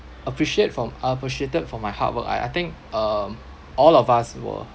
appreciate from appreciated for my hard work I I think um all of us were